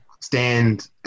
stand